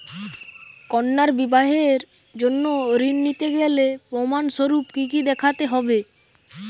কন্যার বিবাহের জন্য ঋণ নিতে গেলে প্রমাণ স্বরূপ কী কী দেখাতে হবে?